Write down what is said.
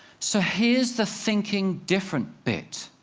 so here is the thinking different bit.